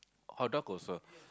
our dog also